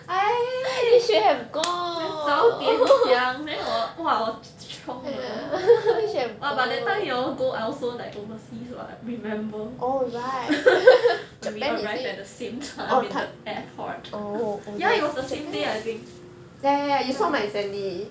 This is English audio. eh 你早点讲 then 我 !wah! 我 chiong 了 lor !wah! but that time you all go I also like overseas [what] remember when we arrive at the same time in the airport ya it was the same day I think ya